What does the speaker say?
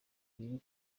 biri